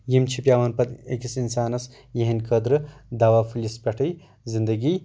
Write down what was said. یِم چھِ پیوان پَتہٕ أکِس اِنسانَس یِہنٛدۍ خٲطرٕ دوا پھلِس پٮ۪ٹھٕے زنٛدگی